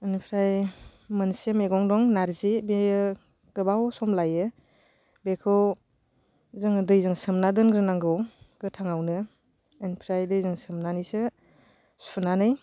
बेनिफ्राय मोनसे मैगं दं नारजि बेयो गोबाव सम लायो बेखौ जोङो दैजों सोमना दोनग्रोनांगौ गोथाङावनो ओमफ्राय दैजों सोमनानैसो सुनानै